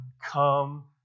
come